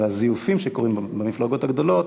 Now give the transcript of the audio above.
והזיופים שקורים במפלגות הגדולות,